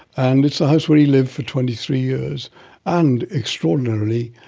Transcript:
and it's the house where he lived for twenty three years and, extraordinarily,